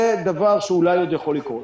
זה דבר שאולי עוד יכול לקרות.